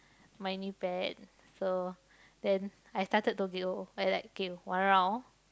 my knee pad so then I started to go I like go one round